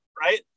right